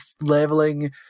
leveling